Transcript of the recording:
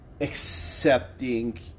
accepting